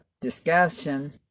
discussion